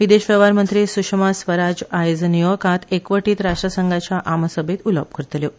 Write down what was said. विदेश वेवहार मंत्री सुशमा स्वराज आयज न्यु यॉर्कात एकवोटीत राश्ट्रसंघाच्या आमसभेत उलोवप करतल्यो